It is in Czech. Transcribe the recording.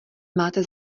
máte